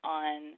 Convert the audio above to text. on